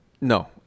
no